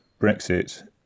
Brexit